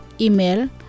Email